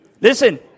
Listen